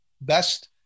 best